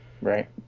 Right